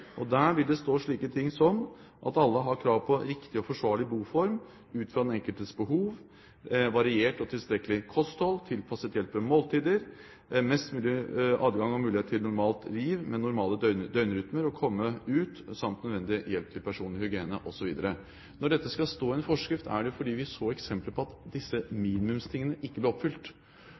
Der vil det stå slike ting som at alle har krav på riktig og forsvarlig boform ut fra den enkeltes behov, et variert og tilstrekkelig kosthold, tilpasset hjelp ved måltider, mest mulig adgang og mulighet til et normalt liv med normal døgnrytme og å komme ut, nødvendig hjelp til personlig hygiene, osv. Når dette skal stå i en forskrift, er det fordi vi så eksempler på at disse minimumstingene ikke ble oppfylt.